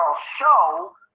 show